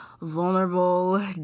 vulnerable